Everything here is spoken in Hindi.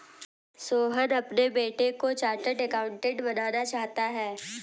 सोहन अपने बेटे को चार्टेट अकाउंटेंट बनाना चाहता है